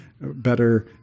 better